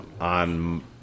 on